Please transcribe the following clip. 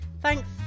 thanks